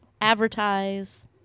advertise